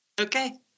Okay